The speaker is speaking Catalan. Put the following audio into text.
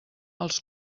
els